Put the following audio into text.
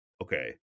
okay